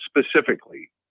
specifically